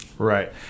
Right